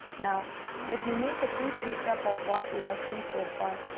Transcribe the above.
now let me make a quick recap of what we have seen so far.